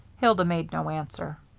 hilda made no answer.